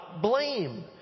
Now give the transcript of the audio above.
blame